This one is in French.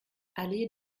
allée